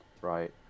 right